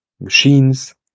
machines